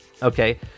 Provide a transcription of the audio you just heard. okay